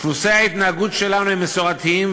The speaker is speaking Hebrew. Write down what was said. דפוסי ההתנהגות שלנו הם מסורתיים,